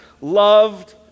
loved